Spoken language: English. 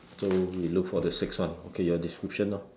so we look for the sixth one okay your description lor